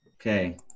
Okay